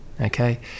okay